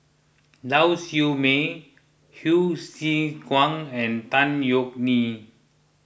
Lau Siew Mei Hsu Tse Kwang and Tan Yeok Nee